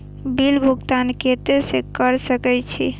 Bill भुगतान केते से कर सके छी?